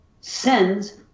sends